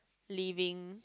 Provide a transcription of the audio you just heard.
leaving